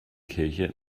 kirche